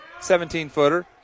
17-footer